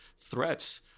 threats